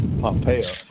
Pompeo